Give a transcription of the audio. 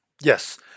Yes